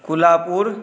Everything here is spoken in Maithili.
कोल्हापुर